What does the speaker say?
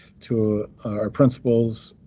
to our principals,